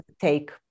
take